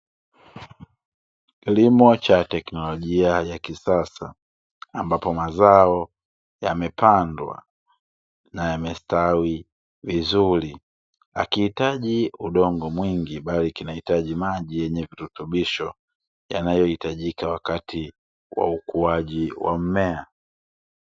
Kilimo cha teknolojia ya kisasa, ambapo mazao yamepandwa na yamestawi vizuri, hakihitaji udongo mwingi bali kinahitaji maji yenye virutubisho, yanayohitajika wakati wa ukuaji wa mmea.